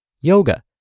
yoga